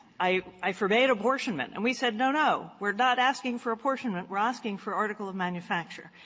i i forbade apportionment. and we said, no, no, we're not asking for apportionment we're asking for article of manufacture.